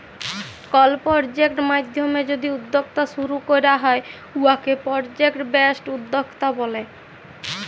call project মাইধ্যমে যদি উদ্যক্তা শুরু ক্যরা হ্যয় উয়াকে পরজেক্ট বেসড উদ্যক্তা ব্যলে